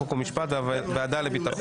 חוק ומשפט והוועדה לביטחון לאומי.